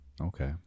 Okay